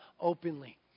openly